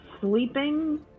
sleeping